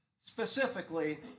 specifically